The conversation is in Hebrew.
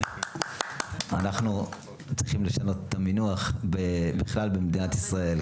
אנחנו צריכים לשנות את המינוח בכלל במדינת ישראל,